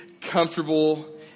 comfortable